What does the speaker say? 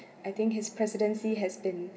I think his presidency has been